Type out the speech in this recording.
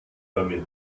damit